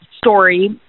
story